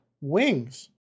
Wings